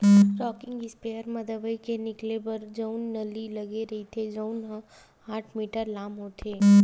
rocking sprayer म दवई के निकले बर जउन नली लगे रहिथे तउन ह आठ मीटर लाम होथे